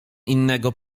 innego